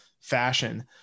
fashion